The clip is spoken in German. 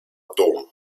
dom